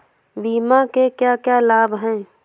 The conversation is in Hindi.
बीमा के क्या क्या लाभ हैं?